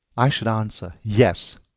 i should answer, yes.